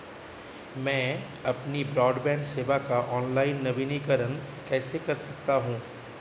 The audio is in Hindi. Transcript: मैं अपनी ब्रॉडबैंड सेवा का ऑनलाइन नवीनीकरण कैसे कर सकता हूं?